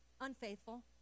unfaithful